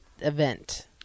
event